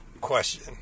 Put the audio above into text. question